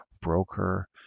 broker